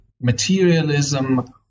materialism